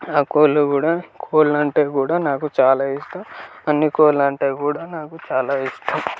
ఆ కోళ్ళు కూడా కోళ్ళంటే కూడా నాకు చాలా ఇష్టం అన్ని కోళ్ళంటే కూడా నాకు చాలా ఇష్టం